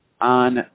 on